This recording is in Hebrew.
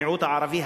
המיעוט הערבי,